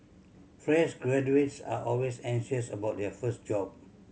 fresh graduates are always anxious about their first job